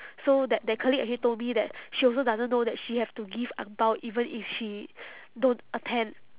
so that that colleague actually told me that she also doesn't know that she have to give ang bao even if she don't attend